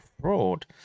fraud